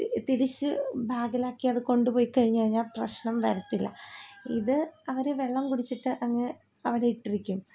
തിരിച്ച് ബാഗിലാക്കി അത് കൊണ്ടുപോയിക്കഴിഞ്ഞഴിഞ്ഞാല് പ്രശ്നം വരത്തില്ല ഇത് അവര് വെള്ളം കുടിച്ചിട്ടങ്ങ് അവിടെ ഇട്ടിരിക്കും